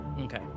okay